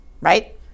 right